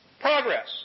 progress